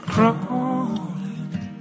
Crawling